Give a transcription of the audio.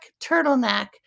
turtleneck